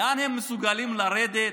לאן הם מסוגלים לרדת?